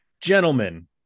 Gentlemen